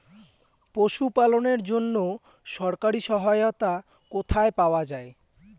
পশু পালনের জন্য সরকারি সহায়তা কোথায় পাওয়া যায়?